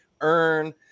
Earn